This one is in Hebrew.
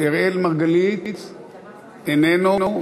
אראל מרגלית, איננו.